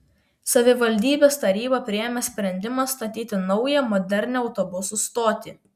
savivaldybės taryba priėmė sprendimą statyti naują modernią autobusų stotį